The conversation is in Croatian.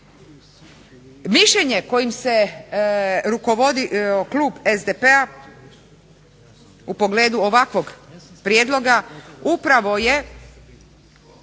Mišljenje kojim se rukovodi klub SDP-a u pogledu ovakvog prijedloga upravo je